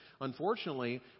Unfortunately